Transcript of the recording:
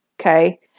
okay